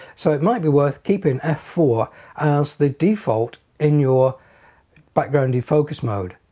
so it might be worth keeping f four as the default in your background defocus mode.